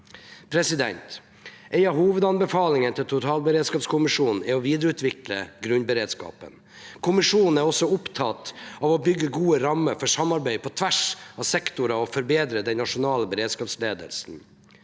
landet. En av hovedanbefalingene fra totalberedskapskommisjonen er å videreutvikle grunnberedskapen. Kommisjonen er også opptatt av å bygge gode rammer for samarbeid på tvers av sektorer og forbedre den nasjonale beredskapsledelsen.